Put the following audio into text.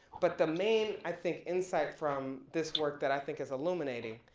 but the main, i think, insight from this work that i think is illuminating,